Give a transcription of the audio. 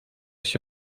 się